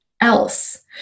else